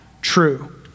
true